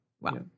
wow